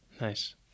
Nice